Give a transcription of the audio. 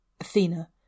Athena